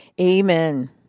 Amen